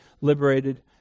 liberated